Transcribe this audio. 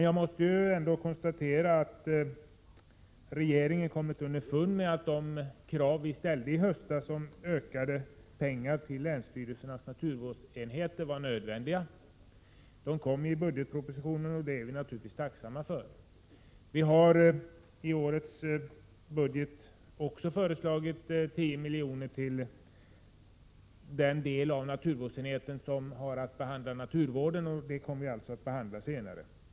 Jag måste ändå konstatera att regeringen har kommit underfund om att det krav som centerpartiet ställde i höstas om mera pengar till länsstyrelsernas naturvårdsenheter var nödvändigt. Pengarna kom i budgetpropositionen, vilket vi naturligtvis är tacksamma för. Till årets budget föreslog vi 10 milj.kr. till den del av naturvårdsenheten som sysslar med naturvården, och den frågan kommer att behandlas senare.